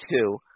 two